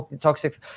toxic